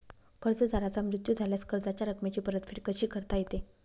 कर्जदाराचा मृत्यू झाल्यास कर्जाच्या रकमेची परतफेड कशी करता येते?